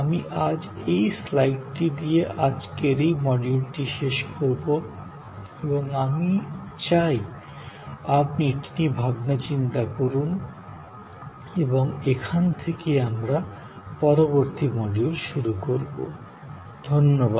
আমি আজ এই স্লাইডটি দিয়ে আজকের এই মডিউলটি শেষ করব এবং আমি আমি চাই আপনি এটি নিয়ে ভাবনা চিন্তা করুন এবং এখান থেকেই আমরা পরবর্তী মডিউল শুরু করব